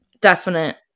definite